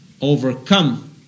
overcome